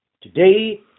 Today